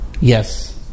Yes